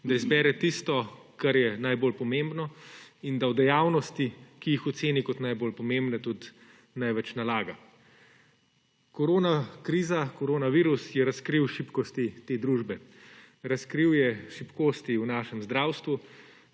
da izbere tisto, kar je najbolj pomembno, in da v dejavnosti, ki jih oceni kot najbolj pomembne, tudi največ nalaga. Koronakriza, koronavirus je razkril šibkosti te družbe. Razkril je šibkosti v našem zdravstvu,